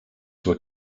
were